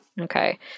Okay